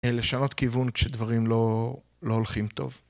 לשנות כיוון כשדברים לא הולכים טוב.